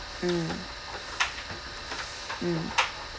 mm mm